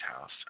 house